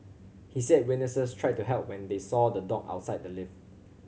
he said witnesses tried to help when they saw the dog outside the lift